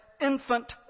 infant